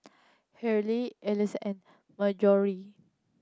Hillard Elease and